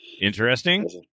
interesting